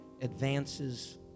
advances